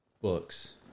Books